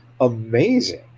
amazing